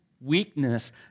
weakness